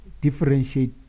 differentiate